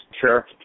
Sure